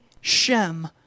Shem